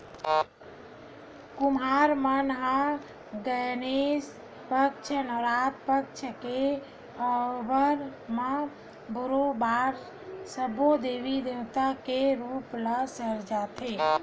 कुम्हार मन ह गनेस पक्छ, नवरात पक्छ के आवब म बरोबर सब्बो देवी देवता के रुप ल सिरजाथे